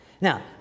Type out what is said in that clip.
Now